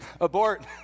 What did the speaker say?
abort